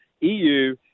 eu